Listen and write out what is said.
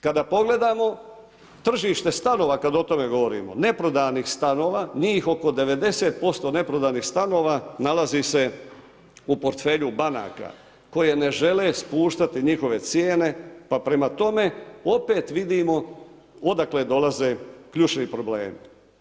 Kada pogledamo tržište stanova kad o tome govorimo, neprodanih stanova, njih oko 90% neprodanih stanova nalazi se u portfelju banaka koje ne žele spuštati njihove cijene, pa prema tome opet vidimo odakle dolaze ključni problemi.